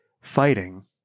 fighting